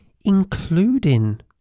including